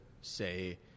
say